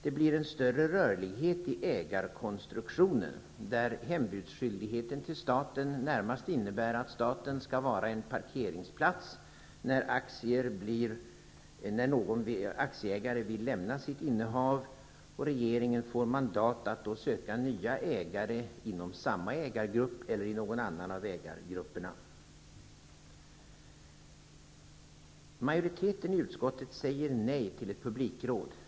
Det blir en större rörlighet i ägarkonstruktionen, där hembudsskyldigheten till staten närmast innebär att staten skall vara en parkeringsplats när någon aktieägare vill lämna sitt innehav. Regeringen får mandat att då söka nya ägare inom samma ägargrupp eller i någon annan av ägargrupperna. Majoriteten i utskottet säger nej till ett publikråd.